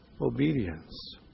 obedience